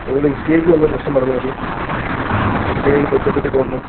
മോളിൽ ഇഷ്ടികയ്ക്കും എന്തോ പ്രശ്നം പറയുന്നത് കേട്ടു ഇഷ്ടികയൊക്കെ പൊട്ടി പൊട്ടി പോകുന്നു എന്ന്